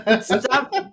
stop